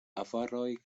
avaroj